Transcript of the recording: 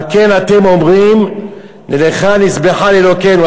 על כן אתם אומרים נלכה נזבחה לאלוקינו.